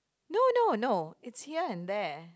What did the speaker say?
no no no it's here and there